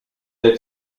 être